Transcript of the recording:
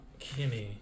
Kimmy